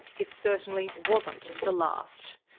it certainly wasn't the last.